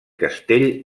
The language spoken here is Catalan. castell